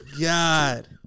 God